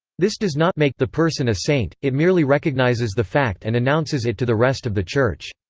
this does not make the person a saint it merely recognizes the fact and announces it to the rest of the church.